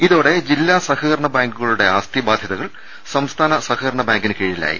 ഇതോടെ ജില്ലാ സഹകരണ ബാങ്കുകളുടെ ആസ്തി ബാധ്യതകൾ സംസ്ഥാന സഹകരണ ബാങ്കിന് കീഴിലായി